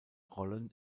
rollen